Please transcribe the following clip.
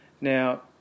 now